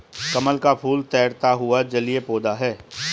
कमल का फूल तैरता हुआ जलीय पौधा है